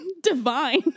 divine